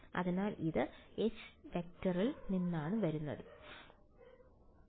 അതിനാൽ ഇത് H→ ൽ നിന്നാണ് വരുന്നത്